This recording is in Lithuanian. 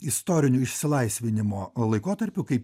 istoriniu išsilaisvinimo laikotarpiu kai